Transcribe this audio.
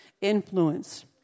influence